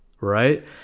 right